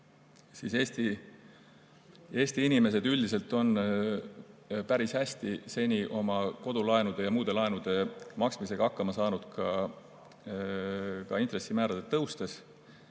tõin, Eesti inimesed üldiselt on päris hästi seni oma kodulaenude ja muude laenude maksmisega hakkama saanud ka intressimäärade tõustes.